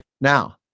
Now